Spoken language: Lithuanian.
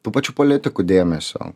tų pačių politikų dėmesio